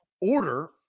order